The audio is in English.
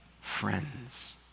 friends